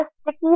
sticky